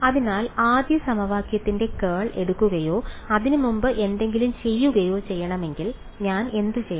അതിനാൽ ആദ്യ സമവാക്യത്തിന്റെ കേൾ എടുക്കുകയോ അതിനുമുമ്പ് എന്തെങ്കിലും ചെയ്യുകയോ ചെയ്യണമെങ്കിൽ ഞാൻ എന്തുചെയ്യണം